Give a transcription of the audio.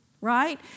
right